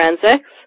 forensics